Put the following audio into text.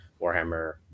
warhammer